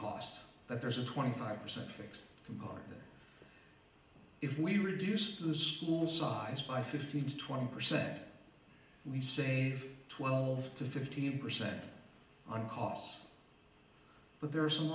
cost that there's a twenty five percent fixed income if we reduce the school size by fifteen to twenty percent we say twelve to fifteen percent on cost but there are some